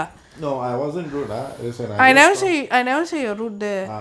no I wasn't route nah is and I was call ah